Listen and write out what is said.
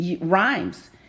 Rhymes